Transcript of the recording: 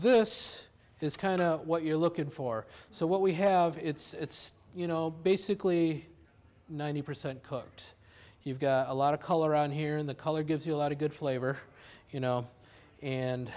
this is kind of what you're looking for so what we have it's you know basically ninety percent cooked you've got a lot of color on here in the color gives you a lot of good flavor you know and